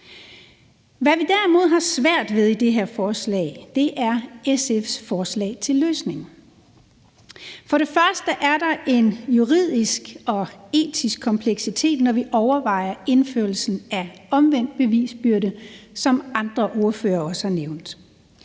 Hvad vi derimod har svært ved i det her forslag, er SF’s forslag til en løsning. For det første er der en juridisk og etisk kompleksitet, når vi overvejer indførelsen af omvendt bevisbyrde, hvad andre ordførere også har nævnt.